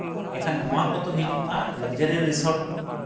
ᱮᱱᱠᱷᱟᱱ ᱱᱚᱣᱟ ᱠᱚᱫᱚ ᱦᱤᱡᱩᱜᱼᱟ ᱞᱟᱠᱡᱟᱨᱤ ᱨᱤᱥᱚᱨᱴ